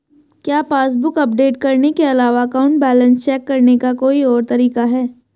क्या passbook update करने के अलावा अकाउंट बैलेंस चेक करने का कोई और तरीका है?